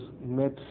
met